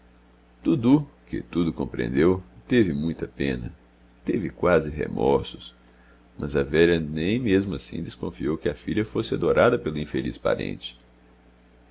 dudu que tudo compreendeu teve muita pena teve quase remorsos mas a velha nem mesmo assim desconfiou que a filha fosse adorada pelo infeliz parente